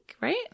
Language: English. right